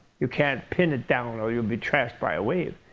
you can't pin it down or you'll be trashed by a wave.